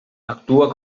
actua